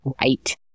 right